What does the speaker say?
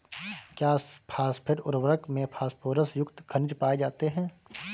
क्या फॉस्फेट उर्वरक में फास्फोरस युक्त खनिज पाए जाते हैं?